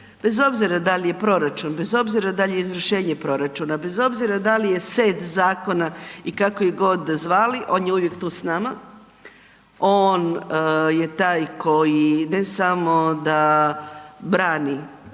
bez obzira da li je proračun, bez obzira da li je izvršenje proračuna, bez obzira da li je set zakona i kako ih godi zvali, on je uvijek tu s nama, on je taj koji ne samo da brani